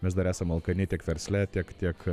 mes dar esam alkani tiek versle tiek tiek